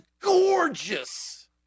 gorgeous